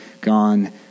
gone